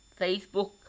Facebook